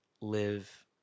live